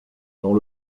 dans